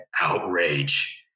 outrage